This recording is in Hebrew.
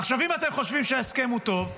עכשיו, אם אתם חושבים שההסכם הוא טוב,